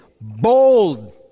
Bold